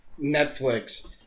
Netflix